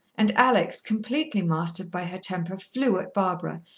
and alex, completely mastered by her temper, flew at barbara,